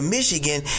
Michigan